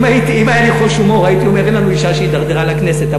אם היה לי חוש הומור הייתי אומר שאין לנו אישה שהידרדרה לכנסת,